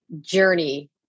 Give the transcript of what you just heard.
journey